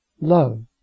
love